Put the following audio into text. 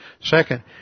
Second